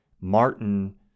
Martin